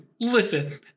Listen